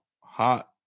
hot